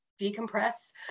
decompress